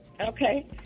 Okay